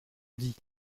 dit